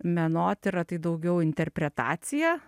menotyra tai daugiau interpretacija